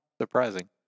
Surprising